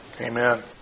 Amen